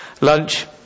lunch